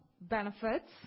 benefits